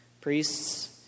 priests